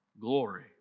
glory